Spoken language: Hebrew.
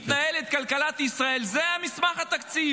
המסמך הכי חשוב שעל פיו מתנהלת כלכלת ישראל הוא מסמך התקציב.